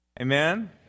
Amen